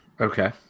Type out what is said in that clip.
okay